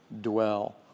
dwell